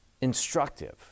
instructive